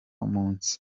munsi